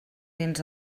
dins